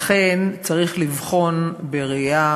לכן צריך לבחון בראייה